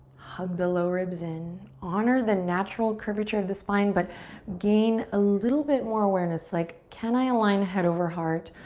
hug the low ribs in. honor the natural curvature of the spine but gain a little bit more awareness. like, can i align head over heart,